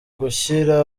gushyira